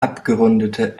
abgerundete